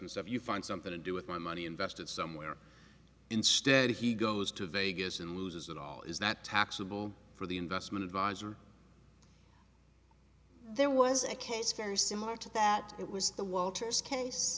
if you find something to do with my money invested somewhere instead he goes to vegas and loses it all is that taxable for the investment advisor there was a case very similar to that it was the walters case